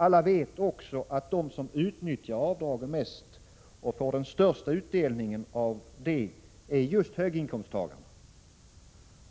Alla vet också att de som utnyttjar avdragen mest och får den största utdelningen av detta är just höginkomsttagarna.